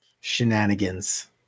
shenanigans